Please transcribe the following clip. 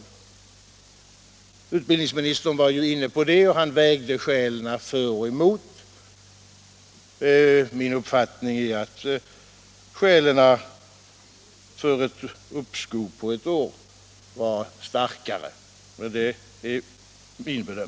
Utbildningsministern var ju inne på det, och han vägde skälen för och emot. Min uppfattning är att skälen för ett uppskov på ett år var starkare.